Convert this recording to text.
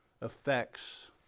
affects